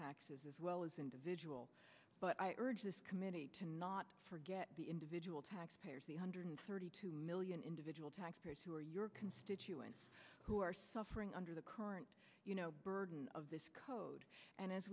taxes as well as individual but i urge the committee to not forget the individual tax payers the hundred thirty two million individual taxpayers who are your constituents who are suffering under the current burden of this code and as